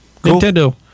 Nintendo